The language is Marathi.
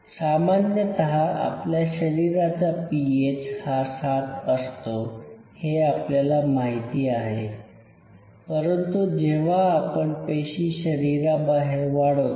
सामान्यतः आपल्या शरीराचा पीएच हा ७ असतो हे आपल्याला माहिती आहे परंतु जेव्हा आपण पेशी शरीराबाहेर वाढवतो